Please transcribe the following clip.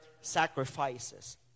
sacrifices